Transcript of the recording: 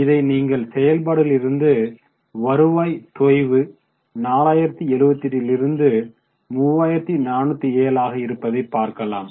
இதை நீங்கள் செயல்பாடுகளிலிருந்து வருவாய் தொய்வு 4078 லிருந்து 3407 ஆக இருப்பதை பார்க்கலாம்